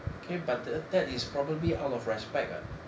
okay but that is probably out of respect what